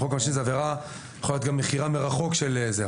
בחוק העונשין זו יכולה להיות גם עבירה של מכירה מרחוק של זה.